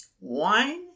Wine